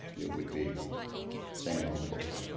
it would be same output?